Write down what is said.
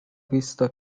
vista